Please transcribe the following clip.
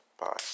Bye